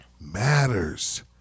matters